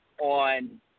on